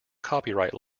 copyright